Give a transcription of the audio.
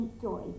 joy